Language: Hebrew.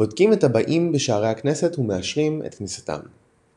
בודקים את הבאים בשערי הכנסת ומאשרים את כניסתם.